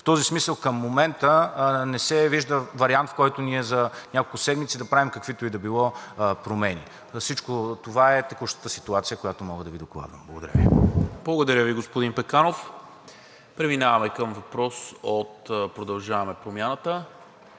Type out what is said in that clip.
В този смисъл към момента не се вижда вариант, в който ние за няколко седмици да правим каквито и да било промени. Всичко това е текущата ситуация, която мога да Ви докладвам. Благодаря Ви. ПРЕДСЕДАТЕЛ НИКОЛА МИНЧЕВ: Благодаря Ви, господин Пеканов. Преминаваме към въпрос от „Продължаваме Промяната“.